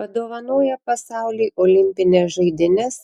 padovanoję pasauliui olimpines žaidynes